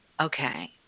okay